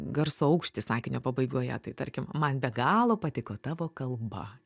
garso aukštį sakinio pabaigoje tai tarkim man be galo patiko tavo kalba